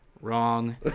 Wrong